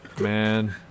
Man